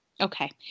Okay